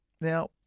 Now